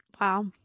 Wow